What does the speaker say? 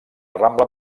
rambla